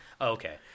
okay